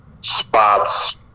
spots